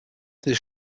this